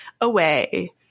away